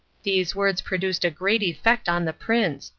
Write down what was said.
these words produced a great effect on the prince,